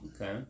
Okay